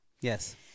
yes